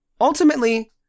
ultimately